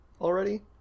already